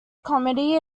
comedy